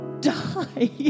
Die